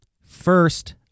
First